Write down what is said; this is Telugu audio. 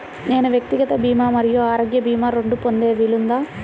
నేను వ్యక్తిగత భీమా మరియు ఆరోగ్య భీమా రెండు పొందే వీలుందా?